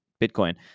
Bitcoin